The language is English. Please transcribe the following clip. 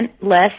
less